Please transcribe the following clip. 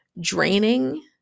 draining